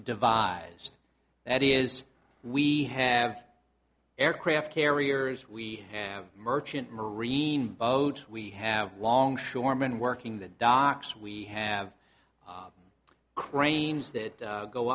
devised that is we have aircraft carriers we have merchant marine boats we have longshoremen working the docks we have cranes that go